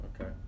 Okay